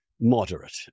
moderate